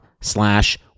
slash